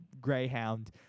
greyhound